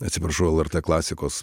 atsiprašau lrt klasikos